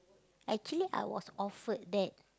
actually I was offered that